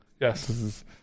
Yes